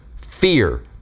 fear